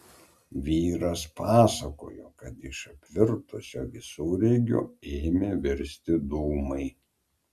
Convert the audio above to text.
vyras pasakojo kad iš apvirtusio visureigio ėmė virsti dūmai